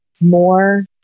more